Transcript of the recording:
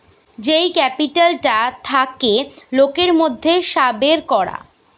যেই ক্যাপিটালটা থাকে লোকের মধ্যে সাবের করা